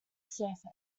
surface